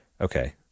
okay